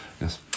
Yes